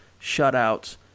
shutouts